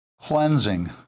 cleansing